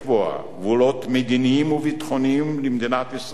גבולות מדיניים וביטחוניים למדינת ישראל